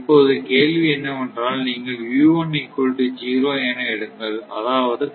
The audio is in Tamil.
இப்போது கேள்வி என்னவென்றால் நீங்கள் என எடுங்கள் அதாவது கட்டுப்பாடற்ற மோட்